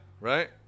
right